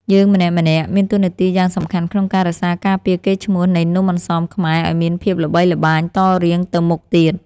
យើងម្នាក់ៗមានតួនាទីយ៉ាងសំខាន់ក្នុងការរក្សាការពារកេរ្តិ៍ឈ្មោះនៃនំអន្សមខ្មែរឱ្យមានភាពល្បីល្បាញតរៀងទៅមុខទៀត។